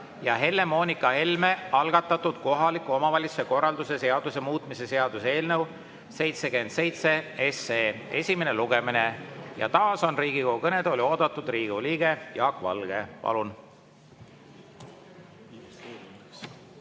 ja Helle-Moonika Helme algatatud kohaliku omavalitsuse korralduse seaduse muutmise seaduse eelnõu 77 esimene lugemine. Taas on Riigikogu kõnetooli oodatud Riigikogu liige Jaak Valge. Palun!